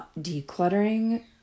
decluttering